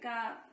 up